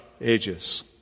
ages